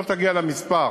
לא תגיע למספר,